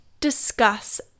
discuss